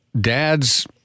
dads